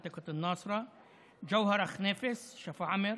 ג'והרה חניפס משפרעם,